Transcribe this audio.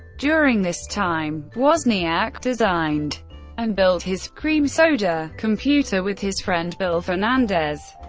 during this time, wozniak designed and built his cream soda computer with his friend bill fernandez.